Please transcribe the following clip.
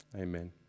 Amen